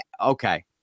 Okay